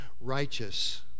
righteous